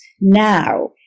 now